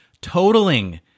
totaling